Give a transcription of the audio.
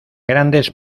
grandes